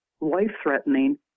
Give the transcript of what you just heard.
life-threatening